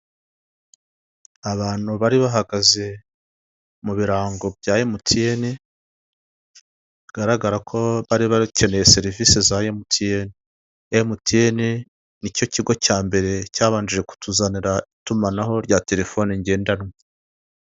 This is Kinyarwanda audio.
Abantu bari bahagaze mu birango bya MTN, bigaragara ko bari bakeneye serivisi za MTN. MTN ni cyo kigo cya mbere cyabanje kutuzanira itumanaho rya terefoni ngendanwa.